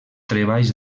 treballs